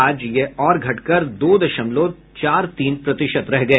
आज यह और घटकर दो दशमलव चार तीन प्रतिशत रह गए